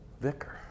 Vicar